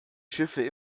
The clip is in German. schiffe